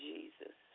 Jesus